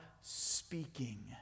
speaking